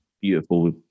Beautiful